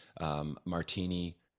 Martini